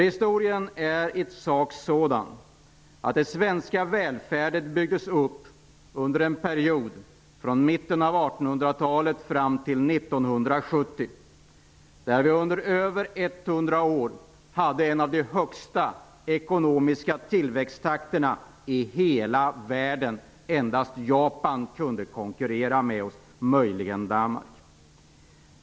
Historien är i sak den att den svenska välfärden byggdes upp under en period från mitten av 1800-talet och fram till 1970. Under mer än 100 år var Sverige ett av de länder i världen som hade den högsta ekonomiska tillväxttakten. Endast Japan kunde konkurrera med oss - möjligen också Danmark.